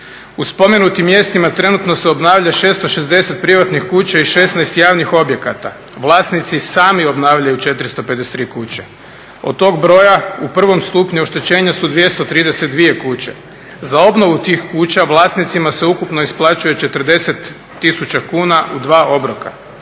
U spomenitim mjestima trenutno se obnavlja 660 privatnih kuća i 16 javnih objekata, vlasnici sami obnavljaju 453 kuće. Od tog broja u prvom stupnju oštećenja su 232 kuće. Za obnovu tih kuća vlasnicima se ukupno isplaćuje 40 tisuća kuna u dva obroka.